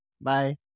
Bye